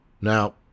Now